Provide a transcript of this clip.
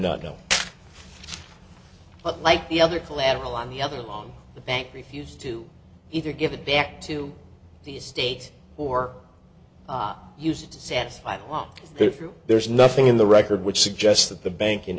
not know but like the other collateral on the other on the bank refused to either give it back to the state or used to set up if there's nothing in the record which suggests that the bank in